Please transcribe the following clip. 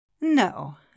No